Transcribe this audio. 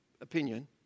opinion